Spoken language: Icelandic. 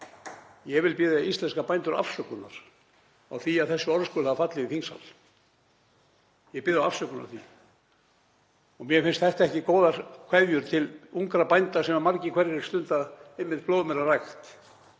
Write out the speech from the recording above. Ég vil biðja íslenska bændur afsökunar á því að þessi orð skuli hafa fallið í þingsal. Ég bið þá afsökunar á því og mér finnast þetta ekki góðar kveðjur til ungra bænda, sem margir hverjir stunda einmitt blóðmerarækt,